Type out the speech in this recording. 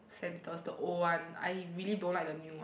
centers the old one I really don't like the new one